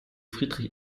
friedrich